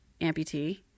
amputee